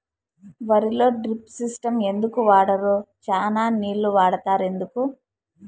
వరిలో drip system ఎందుకు వాడరు? చానా నీళ్లు వాడుతారు ఎందుకు?